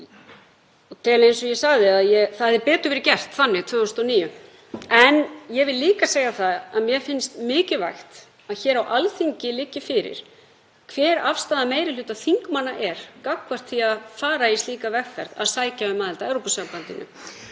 Ég tel, eins og ég sagði, að það hefði betur verið gert þannig 2009. En ég vil líka segja að mér finnst mikilvægt að hér á Alþingi liggi fyrir hver afstaða meiri hluta þingmanna er gagnvart því að fara í slíka vegferð, að sækja um aðild að Evrópusambandinu.